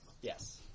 Yes